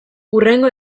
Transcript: hurrengo